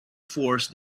force